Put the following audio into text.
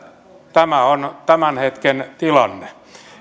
tämä on tämän hetken tilanne